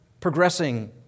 progressing